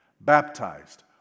Baptized